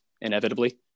inevitably